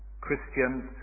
Christians